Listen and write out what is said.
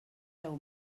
deu